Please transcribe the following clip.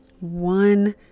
One